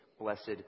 blessed